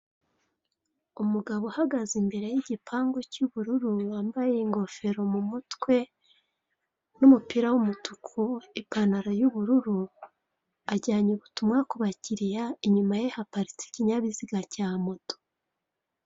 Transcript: Umugabo uhagaze imbere y'igipangu cy'ubururu wambaye ingofero mu mutwe n'umupira w'umutuku, ipantaro y'ubururu, ajyanye ubutumwa kubakiriya inyuma ye haparitse ikinyabiziga cya moto.